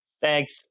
thanks